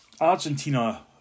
Argentina